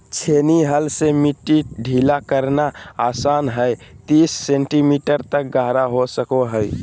छेनी हल से मिट्टी ढीला करना आसान हइ तीस सेंटीमीटर तक गहरा हो सको हइ